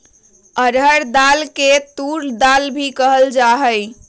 अरहर दाल के तूर दाल भी कहल जाहई